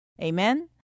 Amen